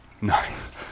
Nice